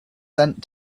sent